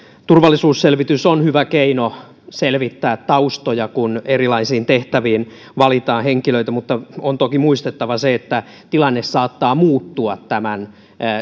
turvallisuusselvitys on hyvä keino selvittää taustoja kun erilaisiin tehtäviin valitaan henkilöitä mutta on toki muistettava se että tilanne saattaa muuttua tämän